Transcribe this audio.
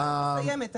גלית --- אני מסיימת.